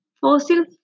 fossil